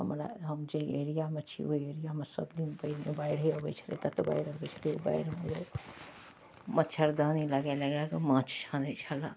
हमरा हम जै एरियामे छी ओहि एरियामे सबदिन पानि बाढ़ि अबै छलै तत्ते बाढ़ि अबै छलै ओ बाढ़िमे लोक मच्छरदानी लगाए लगाए कऽ माँछ छानै छलए